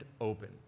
open